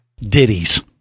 Ditties